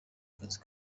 kazi